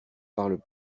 parle